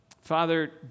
Father